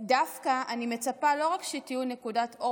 שדווקא אני מצפה שלא רק תהיו נקודת אור